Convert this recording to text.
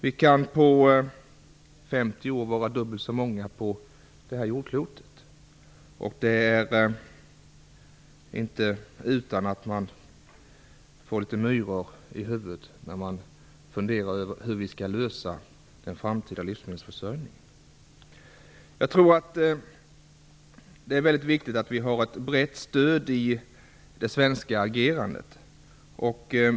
Vi kan om 50 år vara dubbelt så många på det här jordklotet. Det är inte utan att man får litet myror i huvudet när man funderar över hur vi skall lösa den framtida livsmedelsförsörjningen. Jag tror att det är väldigt viktigt att ha ett brett stöd i det svenska agerandet.